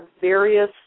various